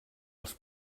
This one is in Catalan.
els